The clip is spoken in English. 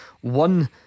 One